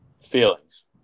feelings